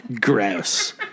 gross